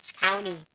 County